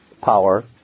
power